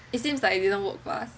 it seems like it didn't work for us